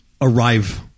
arrive